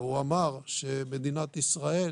והוא אמר שמדינת ישראל